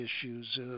issues